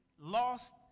lost